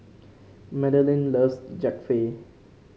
Madilynn loves Japchae